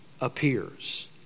appears